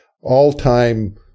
all-time